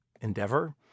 endeavor